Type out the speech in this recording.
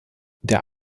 der